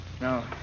No